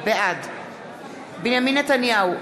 בעד בנימין נתניהו,